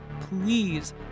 please